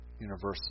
universal